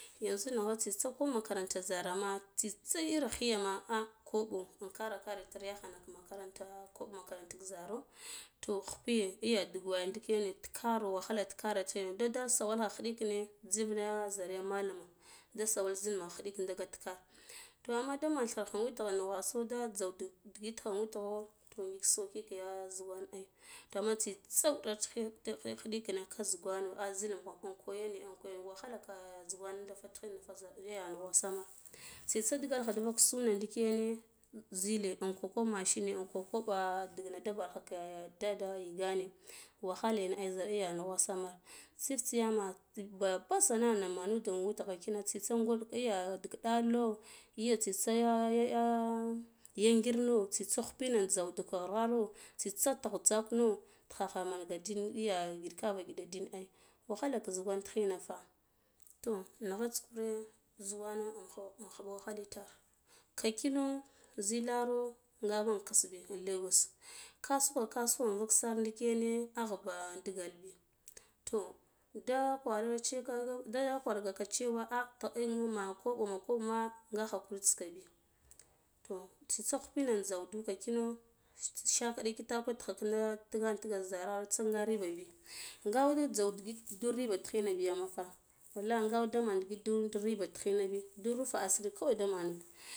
Yanzu nigho tsitsa makaranto zarame tsitsa wi khiyama ah kono in kara kara itar yahana makaranta kwab makaranta zero toh khibiye iya duk wayana ndikene tik karo wahele to karo de sawalkha khiɗikina bidig da zarya malama da sawal zil nugha khiɗikin da get karo to amma da manlche thir witgho nnugwis da jzakdu adigit ka witgho to ngik soki ke ya zugwan ai to amma tsitsa wudats kin naka zugwano ah zil mugho in koyane in koaya wahala ngide za zugwa tighina ta wasa wasa biya fa tsitsa da digalkha da vuk suna ndikine zile inkoko machine inko kwobo, ndigna da bin dada yigana wahal ina ai nnugwase ma tsif tsi yama babban sansa na mana witgho kina tsitsa gwan iya digdalo ya iya tsitsa ya ngirno tsitse tagh jzakwano taghagha ji iya giɗ kara giɗ ai wahaka zugwan tighina fa to naghata kure zugwana in khu in khuɓo itar nka kino zilaro nga man kisk biyo in lagos kasuko kasuko invak sar ndi kene akhbe dikelbi to da khwara na cewa da kwargeka cewa ah in ma koɓo ma kwoɓo aweme nga hakurits kabi toh tsitsa khubina tsigduka kino shakadai kitakwe tigh kinda digen digan zara intsa nga ribabi nga ud jzigdu riba tighna biya fa wallahi nga ud daman dun riba tighinabi chen rufa asiri kawai damana.